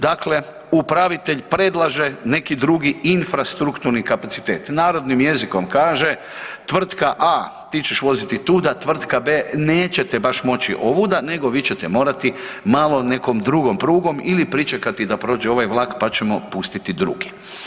Dakle, upravitelj predlaže neki drugi infrastrukturni kapacitet, narodnim jezikom kaže, tvrtka A ti ćeš voziti tuda, tvrtka B nećete baš moći ovuda nego vi ćete morati malo nekom drugom prugom ili pričekati da prođe ovaj vlak pa ćemo pustiti drugi.